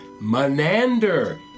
Menander